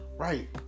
Right